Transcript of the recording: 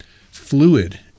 fluid